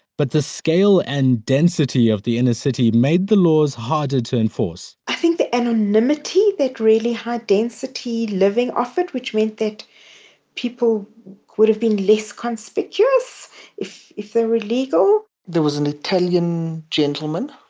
but the scale and density of the inner city made the laws harder to enforce i think the anonymity that really high density living offered, which meant that people would have been less conspicuous if if they're illegal there was an italian gentleman,